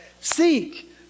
seek